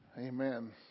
Amen